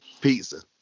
Pizza